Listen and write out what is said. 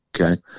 Okay